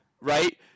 Right